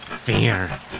Fear